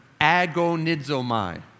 agonizomai